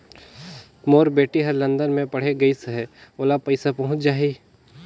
मोर बेटी हर लंदन मे पढ़े गिस हय, ओला पइसा पहुंच जाहि?